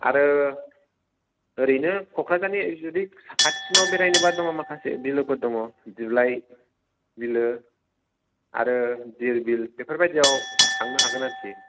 आरो ओरैनो क'क्राझारनि जुदि साखाथिसिनाव बेरायनोब्ला दङ माखासे बिलोफोर दङ दिफलाइ बिलो आरो दिर बिल बेफोरबायदिआव थांनो हागोन आरखि